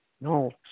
no